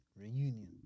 reunion